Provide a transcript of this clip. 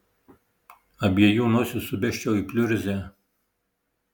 abiejų nosis subesčiau į pliurzę